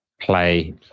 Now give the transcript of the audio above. play